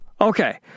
okay